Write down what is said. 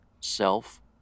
self